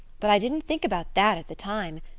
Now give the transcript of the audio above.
but i didn't think about that at the time.